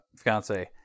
fiance